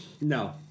No